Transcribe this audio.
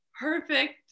perfect